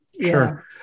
Sure